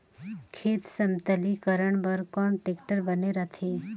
खेत समतलीकरण बर कौन टेक्टर बने रथे?